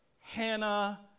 Hannah